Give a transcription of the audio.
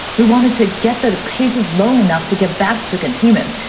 we wanted to get the cases low enough to get back to containment.